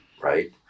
Right